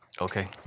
okay